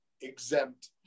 exempt